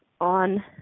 on